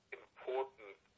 important